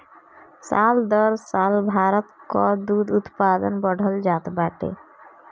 साल दर साल भारत कअ दूध उत्पादन बढ़ल जात बाटे